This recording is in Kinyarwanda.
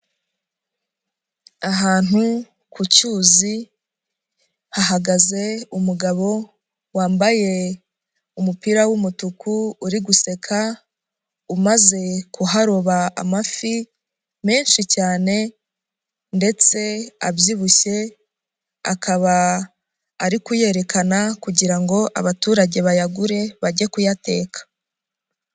Ahantu ku cyuzi, hahagaze umugabo wambaye umupira w'umutuku uri guseka, umaze kuharoba amafi menshi cyane ndetse abyibushye, akaba ari kuyerekana kugira ngo abaturage bayagure bajye kuyateka.